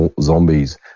zombies